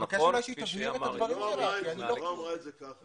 היא לא אמרה את זה ככה.